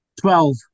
Twelve